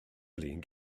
flin